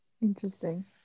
Interesting